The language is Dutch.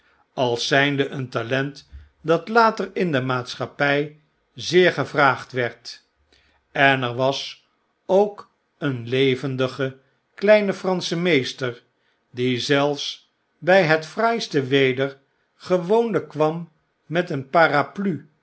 als zijnde een talent dat later in de maatschappjj zeer gevraagd werd ener was ook een levendige kleine fransche meester die zelfs bij het fraaiste weder gewoonlgk kwam met een parapluie